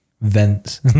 Vents